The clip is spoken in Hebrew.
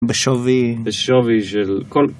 בשווי. בשווי של כל.